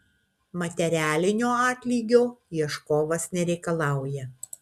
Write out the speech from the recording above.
materialinio atlygio ieškovas nereikalauja